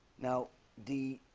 now the